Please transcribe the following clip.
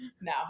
no